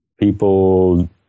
people